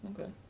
okay